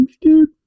dude